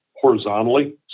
horizontally